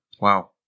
Wow